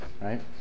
Right